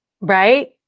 Right